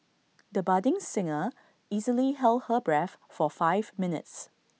the budding singer easily held her breath for five minutes